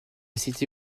cité